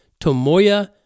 Tomoya